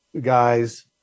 guys